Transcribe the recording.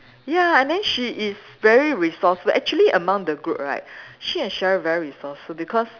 ya and then she is very resourceful actually among the group right she and Cheryl very resourceful because